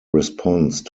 response